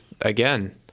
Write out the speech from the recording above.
again